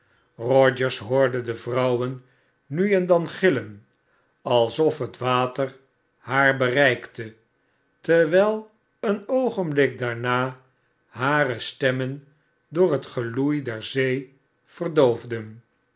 rogers hoorde de vrouwen nu en dan gillen alsof het water haar bereikte terwyl een oogenblik daarna hare stemmen door het geloei der zee